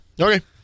Okay